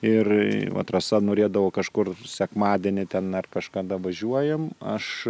ir trasa norėdavo kažkur sekmadienį ten ar kažkada važiuojame aš